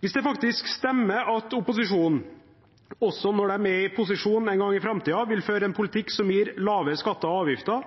Hvis det faktisk stemmer at opposisjonen, også når de er i posisjon en gang i framtiden, vil føre en politikk som gir lavere skatter og avgifter,